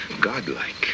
godlike